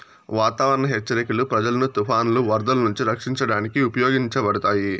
వాతావరణ హెచ్చరికలు ప్రజలను తుఫానులు, వరదలు నుంచి రక్షించడానికి ఉపయోగించబడతాయి